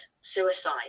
suicide